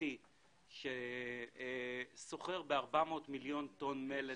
צרפתי שסוחר ב-400 מיליון טון מלט